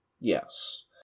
Yes